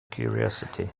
curiosity